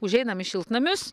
užeinam į šiltnamius